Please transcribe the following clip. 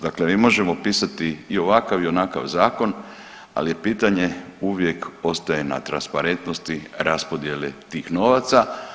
Dakle, mi možemo pisati i ovakav i onakav zakon ali pitanje uvijek ostaje na transparentnosti raspodjele tih novaca.